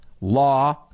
law